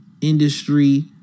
industry